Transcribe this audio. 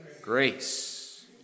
Grace